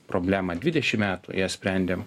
problemą dvidešim metų ją sprendėm